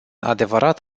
adevărat